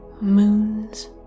moons